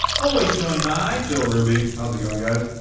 always joined by bill ruby. how's it going, guys?